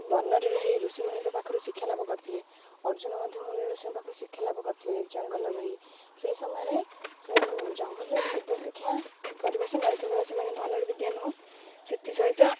ବନରେ ରହି ଋଷି ମୁୁନିଙ୍କ ପାଖରୁ ଶିକ୍ଷା ଲାଭ କରିଥିଲେ ଅର୍ଜୁନ ମଧ୍ୟ ମୁନି ଋଷିଙ୍କ ପାଖରୁ ଶିକ୍ଷା ଲାଭ କରିଥିଲେ ଜଙ୍ଗଲରେ ରହି ସେହି ସମୟରେ ସେ ଜଙ୍ଗଲରେ ବିଦ୍ୟା ଶିକ୍ଷା କରିବା ସମୟରେ କେବଳ ସେମାନେ ଧନରୁ ବିଦ୍ୟା ନୁହଁ ସେଥି ସହିତ